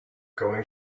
going